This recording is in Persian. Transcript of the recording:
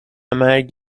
مرگ